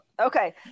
Okay